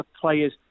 player's